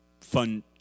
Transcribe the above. fun